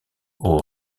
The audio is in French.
aux